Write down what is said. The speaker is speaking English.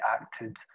acted